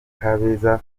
kabeza